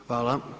Hvala.